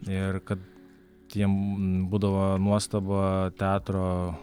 ir kad tiem būdavo nuostaba teatro